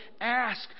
ask